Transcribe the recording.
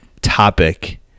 topic